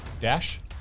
Dash